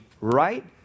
right